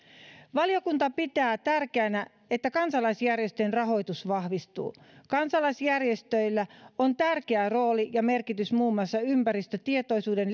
valiokunta pitää tärkeänä että kansalaisjärjestöjen rahoitus vahvistuu kansalaisjärjestöillä on tärkeä rooli ja merkitys muun muassa ympäristötietoisuuden